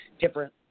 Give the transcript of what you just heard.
different